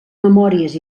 memòries